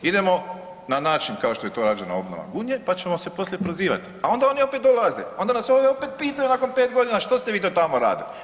Idemo na način kao što je to rađena obnova Gunje pa ćemo se poslije prozivat, a onda oni opet dolaze, onda nas ovdje opet pitaju nakon pet godina što ste vi to tamo radili.